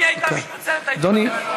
אם היא הייתה מתנצלת הייתי מקבל את זה.